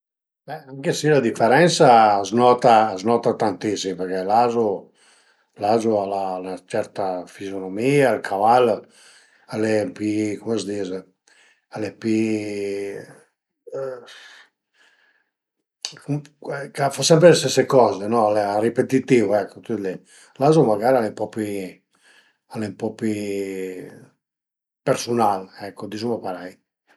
Anche si la diferensa a s'nota a s'nota tantissim përché l'azu l'azu al a 'na certa fizionomìa, ël caval al e pi, cum a s'dis, al e pi a fa sempre le stese coze, al e ripetitìu, ecco tüt li, l'azu magara al e ën po pi, al e ën po pi persunal, ecu, dizuma parei